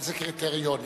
אילו קריטריונים?